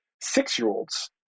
six-year-olds